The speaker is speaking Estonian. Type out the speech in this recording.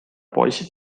poisid